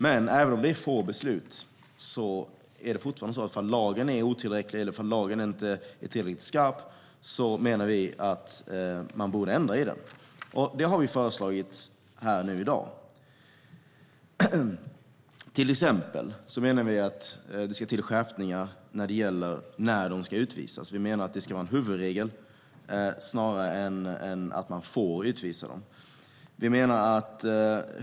Men även om det är få beslut anser vi fortfarande att om lagen är otillräcklig eller inte tillräckligt skarp borde man ändra den. Det har vi nu föreslagit. Vi menar till exempel att det ska till skärpningar beträffande när dessa personer ska utvisas. Vi anser att det ska vara en huvudregel snarare än att man får utvisa dem.